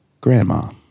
Grandma